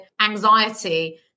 anxiety